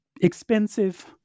expensive